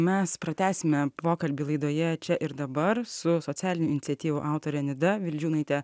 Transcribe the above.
mes pratęsime pokalbį laidoje čia ir dabar su socialinių iniciatyvų autore nida vildžiūnaite